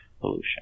pollution